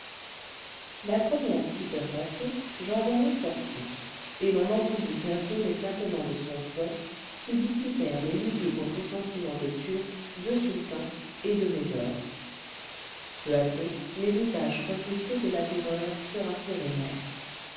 la première stupeur passée jean rené sortit et l'on entendit bientôt les claquements de son fouet qui dissipèrent les lugubres pressentiments de turc de sultan et de médor peu à peu les visages contristés des